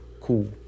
cool